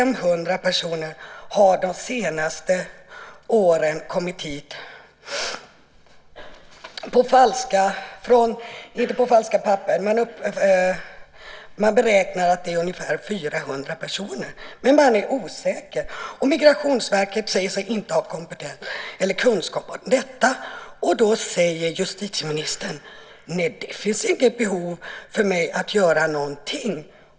Man beräknar att det rör sig om ungefär 400 personer, men man är osäker på antalet. Men då säger justitieministern: Nej, det finns inte behov för mig att göra någonting.